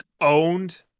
owned